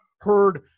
heard